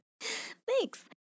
Thanks